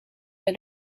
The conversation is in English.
for